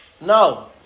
No